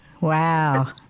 Wow